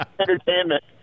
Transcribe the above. entertainment